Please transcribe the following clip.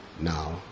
now